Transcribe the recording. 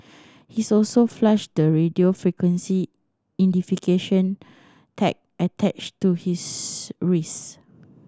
he's also flushed the radio frequency identification tag attached to his wrist